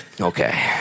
Okay